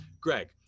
Greg